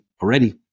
already